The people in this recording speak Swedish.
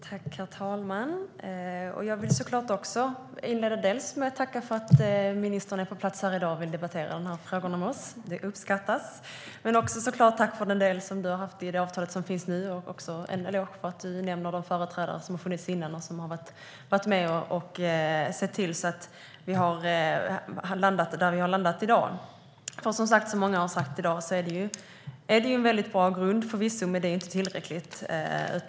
Herr talman! Jag vill tacka ministern för att hon är på plats här i dag och debatterar denna fråga med oss. Det uppskattas. Men jag vill också såklart tacka för den del som ministern haft i det avtal som nu finns. Dessutom vill jag ge ministern en eloge för att hon nämner de företrädare som varit med och sett till att vi landat där vi landat. Som många har sagt i dag är avtalet förvisso en väldigt bra grund, men det är inte tillräckligt.